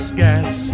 gas